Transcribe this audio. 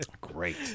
Great